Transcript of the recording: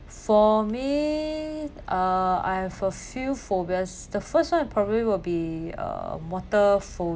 for me uh I have a few phobias the first one is probably will be uh water pho~